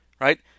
right